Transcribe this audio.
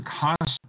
constant